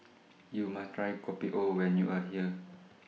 YOU must Try Kopi O when YOU Are here